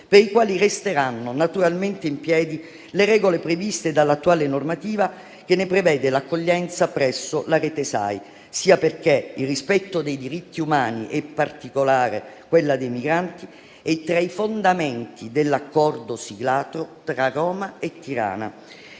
per i quali resteranno naturalmente in piedi le regole previste dall'attuale normativa, che ne prevede l'accoglienza presso la rete del Sistema Accoglienza e Integrazione (SAI), sia perché il rispetto dei diritti umani, in particolare quelli dei migranti, è tra i fondamenti dell'accordo siglato tra Roma e Tirana.